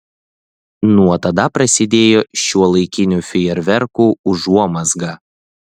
nuo tada prasidėjo šiuolaikinių fejerverkų užuomazga